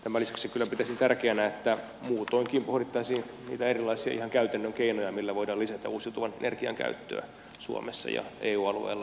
tämän lisäksi kyllä pitäisin tärkeänä että muutoinkin pohdittaisiin niitä erilaisia ihan käytännön keinoja millä voidaan lisätä uusiutuvan energian käyttöä suomessa ja eu alueella laajemminkin